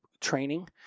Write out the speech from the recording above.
training